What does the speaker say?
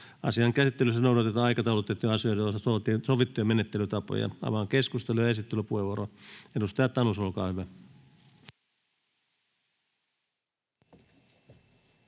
Asian käsittelyssä noudatetaan aikataulutettujen asioiden osalta sovittuja menettelytapoja. — Avaan keskustelun. Esittelypuheenvuoro, edustaja Tanus, olkaa hyvä.